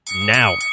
now